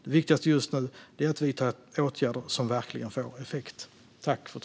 Det viktigaste just nu är att vidta åtgärder som verkligen får effekt.